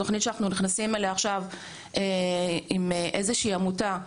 תוכנית שאנחנו נכנסים אליה עכשיו עם איזושהי עמותה,